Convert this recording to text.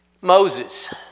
Moses